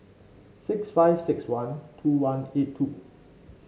six five six one two one eight two